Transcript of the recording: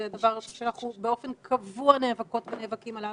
זה דבר שאנחנו באופן קבוע נאבקות ונאבקים עליו,